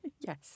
Yes